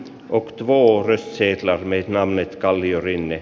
no voorisseet lämmin anne kalmari